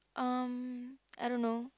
um I don't know